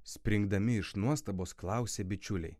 springdami iš nuostabos klausė bičiuliai